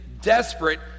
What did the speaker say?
desperate